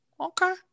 Okay